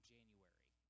January